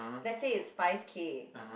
let's say it's five-K